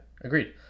agreed